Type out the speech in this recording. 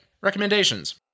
Recommendations